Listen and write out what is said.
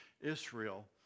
Israel